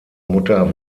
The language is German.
mutter